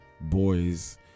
boys